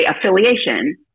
affiliation